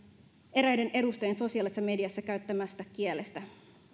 eräiden edustajien sosiaalisessa mediassa käyttämästä kielestä